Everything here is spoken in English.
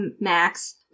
Max